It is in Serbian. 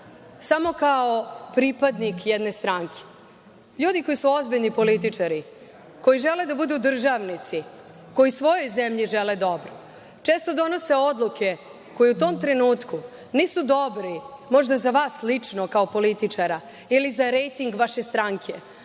samo kao pripadnik jedne stranke. Ljudi koji su ozbiljni političari, koji žele da budu državnici, kojoj svojoj zemlji žele dobro često donose odluke koje u tom trenutku nisu dobri, možda za vas lično kao političara ili za rejting vaše stranke,